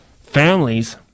families